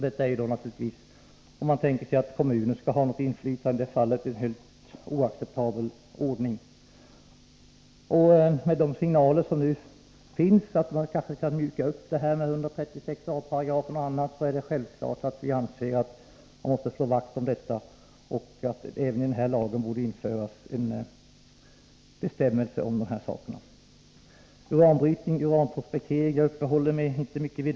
Detta är naturligtvis en helt oacceptabel ordning om man tänker sig att kommunen skall ha något inflytande. Mot bakgrund av signalerna om att kanske mjuka upp 136 a § byggnadslagen är det självklart att man måste slå vakt om detta och att det även i den här lagen borde införas en bestämmelse om dessa saker. Uranbrytning och uranprospektering skall jag inte uppehålla mig mycket vid.